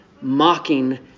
mocking